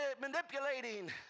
manipulating